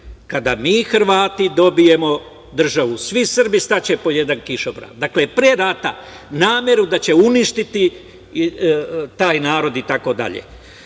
kada mi Hrvati dobijemo državu, svi Srbi staće pod jedan kišobran. Dakle, pre rata nameru da će uništiti taj narod itd. Dakle,